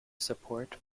support